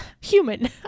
human